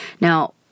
Now